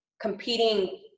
competing